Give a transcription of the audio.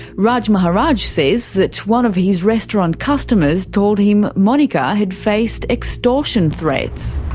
raj maharaj says that one of his restaurant costumers told him monika had faced extortion threats.